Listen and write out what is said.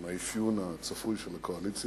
עם האפיון הצפוי של הקואליציה,